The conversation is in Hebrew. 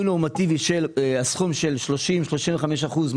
כנוסחו בסעיף 38 לחוק זה,